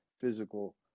physical